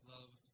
Love